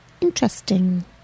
interesting